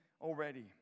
already